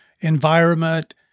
environment